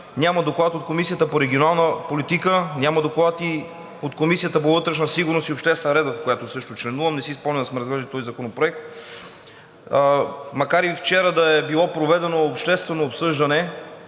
Няма доклад от Комисията по регионална политика, няма доклад и от Комисията по вътрешна сигурност и обществен ред, в която също членувам. Не си спомням да сме разглеждали този законопроект. Макар и вчера да е било проведено обществено обсъждане